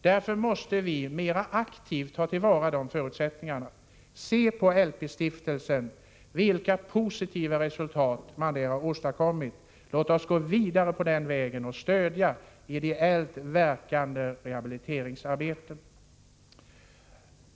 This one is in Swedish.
Därför måste vi mera aktivt ta till vara dessa förutsättningar. Se på LP-stiftelsen och de positiva resultat som den har åstadkommit! Låt oss gå vidare på den vägen och stödja ideellt verkande organisationer i rehabiliteringsarbetet.